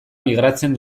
migratzen